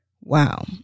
wow